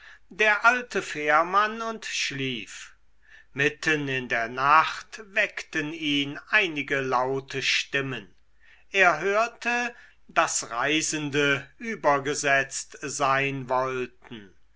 der alte fährmann und schlief mitten in der nacht weckten ihn einige laute stimmen er hörte daß reisende übergesetzt sein wollten